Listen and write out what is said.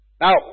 Now